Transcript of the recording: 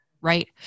Right